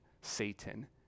Satan